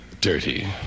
dirty